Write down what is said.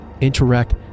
interact